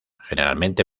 generalmente